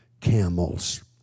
camels